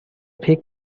pick